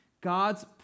God's